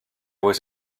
was